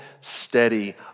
steady